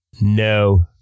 No